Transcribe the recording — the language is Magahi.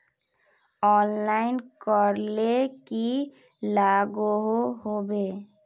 ऑनलाइन करले की लागोहो होबे?